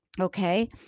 Okay